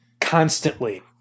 constantly